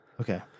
Okay